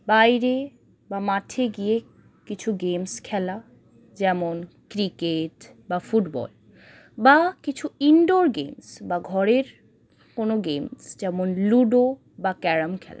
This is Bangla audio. বাইরে বা মাঠে গিয়ে কিছু গেমস খেলা যেমন ক্রিকেট বা ফুটবল বা কিছু ইনডোর গেমস বা ঘরের কোনো গেমস যেমন লুডো বা ক্যারাম খেলা